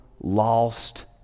lost